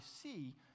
see